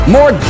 more